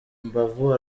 imbavu